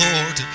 Lord